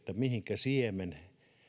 mihinkä siemen